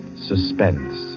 suspense